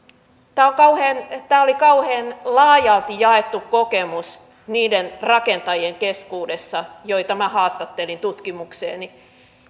tämä oli kauhean laajalti jaettu kokemus niiden rakentajien keskuudessa joita minä haastattelin tutkimukseeni